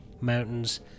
Mountains